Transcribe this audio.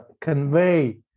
convey